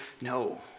No